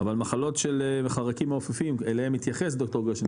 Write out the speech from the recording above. אבל מחלות של חרקים מעופפים אליהם מתייחס ד"ר גושן,